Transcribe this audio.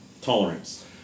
tolerance